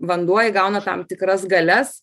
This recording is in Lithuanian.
vanduo įgauna tam tikras galias